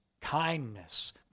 kindness